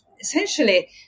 essentially